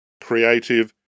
creative